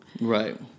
Right